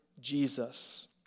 Jesus